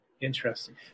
Interesting